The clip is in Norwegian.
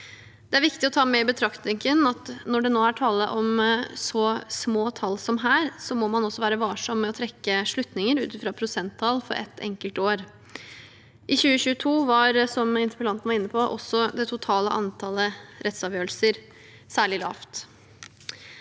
Det er viktig å ta med i betraktningen at når det nå er tale om så små tall som her, må man også være varsom med å trekke slutninger ut fra prosenttall for ett enkeltår. I 2022 var, som interpellanten var inne på, også det totale antallet rettsavgjørelser særlig lavt.